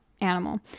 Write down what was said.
animal